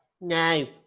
no